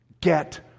get